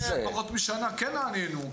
קודם כל,